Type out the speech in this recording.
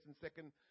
second